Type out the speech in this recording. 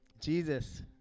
Jesus